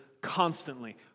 constantly